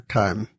time